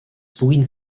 puguin